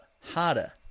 harder